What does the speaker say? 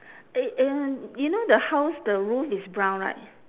eh and you know the house the roof is brown right